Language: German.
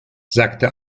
sagte